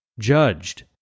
judged